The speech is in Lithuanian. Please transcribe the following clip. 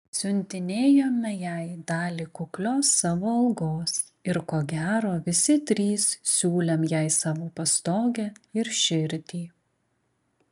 siuntinėjome jai dalį kuklios savo algos ir ko gero visi trys siūlėm jai savo pastogę ir širdį